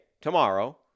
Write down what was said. tomorrow